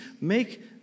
make